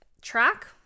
track